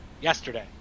yesterday